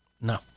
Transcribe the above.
No